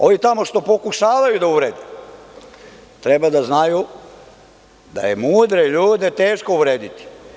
Ovi tamo što pokušavaju da uvrede treba da znaju da je mudre ljude teško uvrediti.